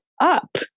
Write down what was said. Up